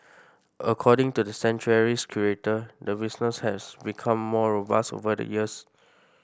according to the sanctuary's curator the business has become more robust over the years